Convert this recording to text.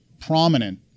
prominent